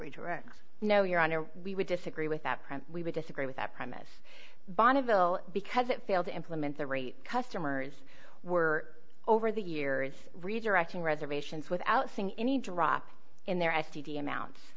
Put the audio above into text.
redirect no your honor we would disagree with that premise we would disagree with that premise bonneville because it failed to implement the rate customers were over the years redirecting reservations without seing any drop in their s t d amounts